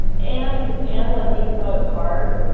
and and like even though it's hard,